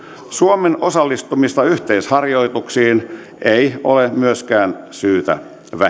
suomen osallistumista yhteisharjoituksiin ei ole myöskään syytä vähentää